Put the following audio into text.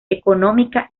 económica